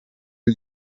you